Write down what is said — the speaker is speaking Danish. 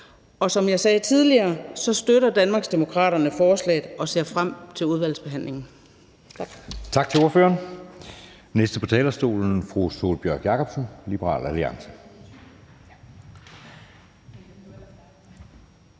og som jeg sagde tidligere, støtter Danmarksdemokraterne forslaget og ser frem til udvalgsbehandlingen.